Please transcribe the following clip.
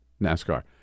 NASCAR